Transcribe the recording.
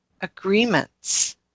agreements